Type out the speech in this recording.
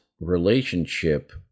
relationship